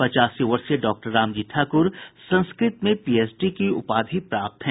पचासी वर्षीय डॉक्टर रामजी ठाकुर संस्कृत में पीएचडी की उपाधि प्राप्त हैं